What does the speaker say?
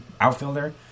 outfielder